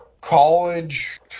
college